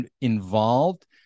involved